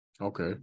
Okay